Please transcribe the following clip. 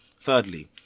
Thirdly